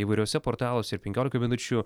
įvairiuose portaluose ir penkiolika minučių